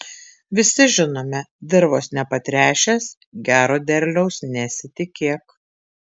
visi žinome dirvos nepatręšęs gero derliaus nesitikėk